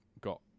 got